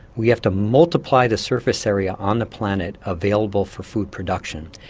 we have to multiply the surface area on the planet available for food production,